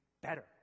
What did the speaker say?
better